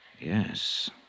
Yes